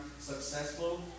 successful